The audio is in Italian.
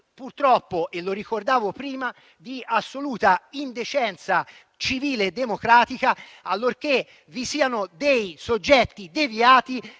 quei casi - lo ricordavo prima - di assoluta indecenza civile e democratica, allorché vi siano dei soggetti deviati